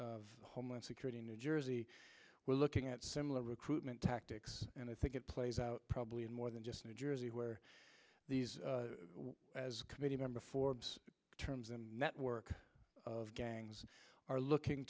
of homeland security in new jersey we're looking at similar recruitment tactics and i think it plays out probably in more than just new jersey where these committee member for terms and network of gangs are looking